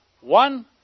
One